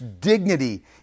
dignity